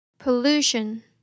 Pollution